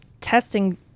testing